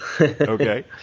Okay